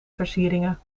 versieringen